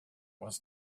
was